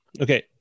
Okay